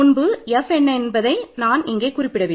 முன்பு F என்ன என்பதை நான் குறிப்பிடவில்லை